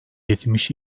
yetmiş